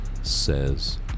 says